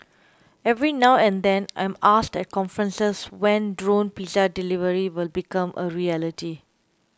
every now and then I am asked at conferences when drone pizza delivery will become a reality